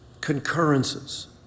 concurrences